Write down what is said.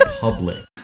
public